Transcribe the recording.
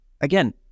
Again